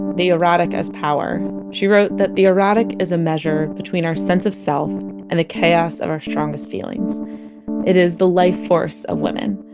the erotic as power, she wrote that the erotic is a measure between our sense of self and the chaos of our strongest feelings it is the lifeforce of women.